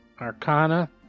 Arcana